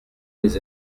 des